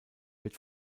wird